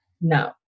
No